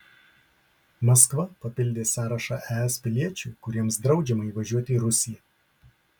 maskva papildė sąrašą es piliečių kuriems draudžiama įvažiuoti į rusiją